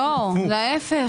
לא, להיפך.